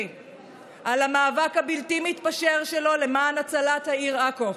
על המאבק הבלתי-מתפשר שלו למען הצלת העיר עכו.